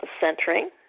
centering